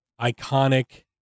iconic